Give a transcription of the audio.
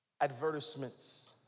advertisements